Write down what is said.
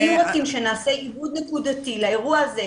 אם אתם רוצים שנעשה עיבוד נקודתי לאירוע הזה,